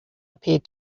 appeared